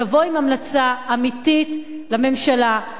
תבוא עם המלצה אמיתית לממשלה,